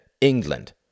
England